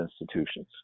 institutions